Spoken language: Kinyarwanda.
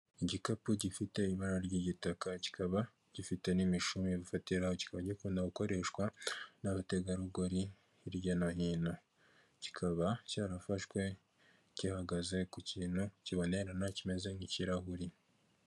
Igikapu gifite ibara ry'igitaka, kikaba gifite n'imishumi yo gufatiraho kikiba gikunda gukoreshwa n'abategarugori hirya no hino, kikaba cyarafashwe gihagaze ku kintu kibonerana kimeze nk'ikirahuri.